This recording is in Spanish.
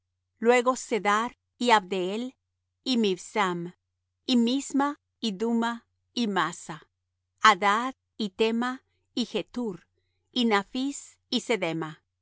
luego cedar y abdeel y mibsam y misma y duma y massa hadad y tema y jetur y naphis y cedema